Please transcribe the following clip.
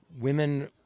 women